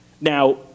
Now